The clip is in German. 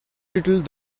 drittel